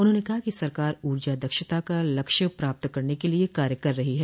उन्होंने कहा कि सरकार ऊर्जा दक्षता का लक्ष्य प्राप्त करने के लिए कार्य कर रही है